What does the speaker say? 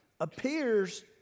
appears